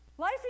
Life